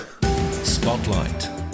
Spotlight